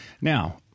Now